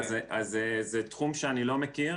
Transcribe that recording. אז זה תחום שאני לא מכיר.